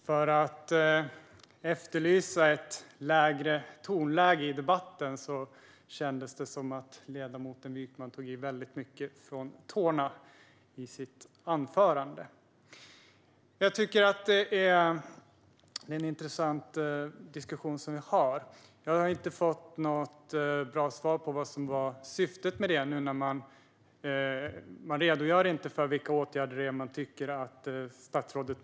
Fru talman! Det kändes som att ledamoten Niklas Wykman, för att vara någon som efterlyser ett lägre tonläge i debatten, tog i ända från tårna i sitt anförande. Jag tycker att det är en intressant diskussion vi har. Men jag har inte fått något bra svar på vad som var syftet, och ni redogör inte för vilka åtgärder det är ni skulle vilja se från statsrådet.